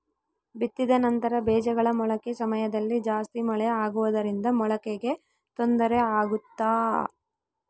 ಬಿತ್ತಿದ ನಂತರ ಬೇಜಗಳ ಮೊಳಕೆ ಸಮಯದಲ್ಲಿ ಜಾಸ್ತಿ ಮಳೆ ಆಗುವುದರಿಂದ ಮೊಳಕೆಗೆ ತೊಂದರೆ ಆಗುತ್ತಾ?